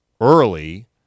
early